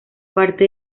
parte